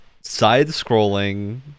side-scrolling